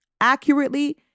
accurately